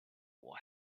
will